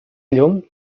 llum